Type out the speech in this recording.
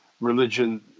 religion